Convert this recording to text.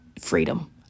freedom